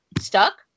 stuck